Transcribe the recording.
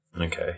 Okay